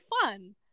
fun